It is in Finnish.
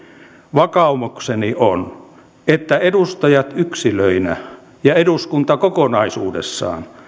vakaumukseni on että edustajat yksilöinä ja eduskunta kokonaisuudessaan